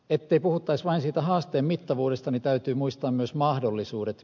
ettei puhuttaisi vain siitä haasteen mittavuudesta täytyy muistaa myös mahdollisuudet